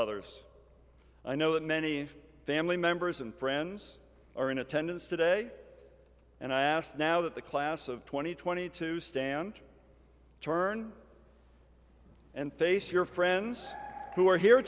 others i know that many family members and friends are in attendance today and i asked now that the class of two thousand and twenty two stand turn and face your friends who are here